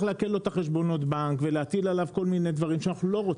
לעקל לו את חשבונות הבנק ולהטיל עליו כל מיני דברים שאנחנו לא רוצים.